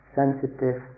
sensitive